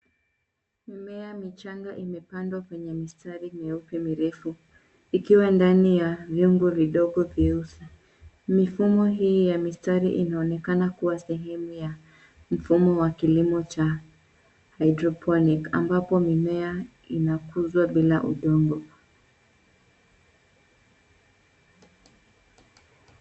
Mimea michanga imepandwa kwenye mistari nyeupe mirefu ikiwa ndani ya viungo vidogo vyeusi. Mifumo hii ya mistari inaonekana kuwa sehemu ya mfumo wa kilimo cha hydroponic ambapo mimea inakuzwa bila udongo.